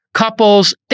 couples